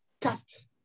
cast